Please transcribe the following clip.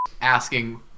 Asking